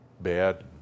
bad